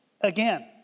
again